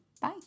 Bye